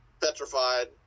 petrified